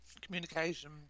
communication